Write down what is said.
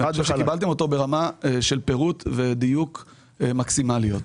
ברמה של פירוט ודיוק מקסימליים.